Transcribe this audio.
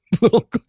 little